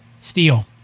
Steel